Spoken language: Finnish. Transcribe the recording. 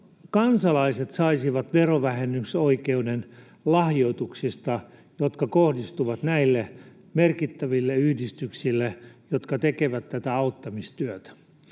kansalaiset saisivat verovähennysoikeuden lahjoituksista, jotka kohdistuvat näille merkittäville yhdistyksille, jotka tekevät tätä auttamistyötä?